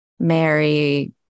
Mary